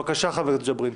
בבקשה חבר הכנסת ג'ברין.